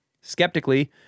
Skeptically